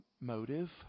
motive